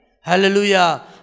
Hallelujah